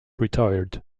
retired